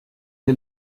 est